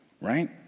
right